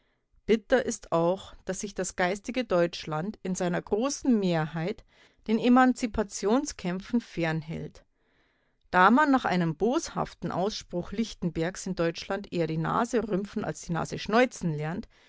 bitter ist auch daß sich das geistige deutschland in seiner großen mehrheit den emanzipationskämpfen fern hält da man nach einem boshaften ausspruch lichtenbergs in deutschland eher die nase rümpfen als die nase schneuzen lernt